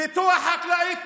פיתוח חקלאי בנגב,